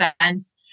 events